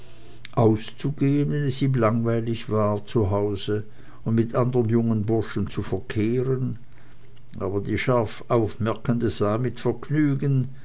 auszugehen wenn es ihm langweilig war zu hause und mit anderen jungen burschen zu verkehren aber die scharf aufmerkende sah mit vergnügen